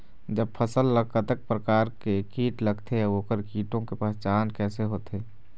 जब फसल ला कतेक प्रकार के कीट लगथे अऊ ओकर कीटों के पहचान कैसे होथे?